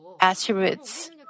attributes